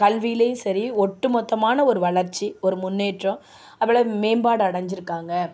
கல்விலேயும் சரி ஒட்டுமொத்தமான ஒரு வளர்ச்சி ஒரு முன்னேற்றம் அவ்ளவு மேம்பாடு அடைஞ்சிருக்காங்க